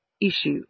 issue